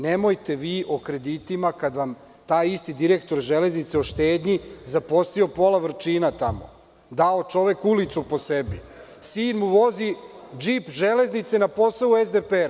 Nemojte vi o kreditima kada vam taj isti direktor železnice zaposlio pola Vrčina tamo, dao čovek ulicu po sebi, sin mu vozi džip Železnice na posao u SDPR.